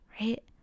right